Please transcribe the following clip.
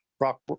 rock